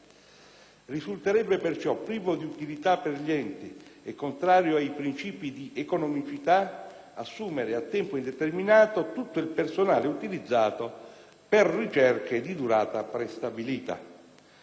Risulterebbe, perciò, privo di utilità per gli enti e contrario ai principi di economicità, assumere a tempo indeterminato tutto il personale utilizzato per ricerche di durata prestabilita.